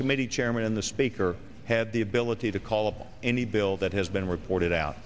committee chairman and the speaker had the ability to call up any bill that has been reported